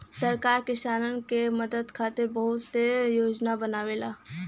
सरकार किसानन के मदद खातिर बहुत सा योजना बनावेला